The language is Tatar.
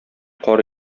кар